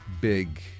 big